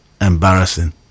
embarrassing